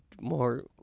more